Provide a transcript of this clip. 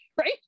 Right